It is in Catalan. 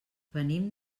venim